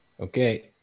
Okay